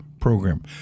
program